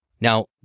Now